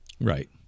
Right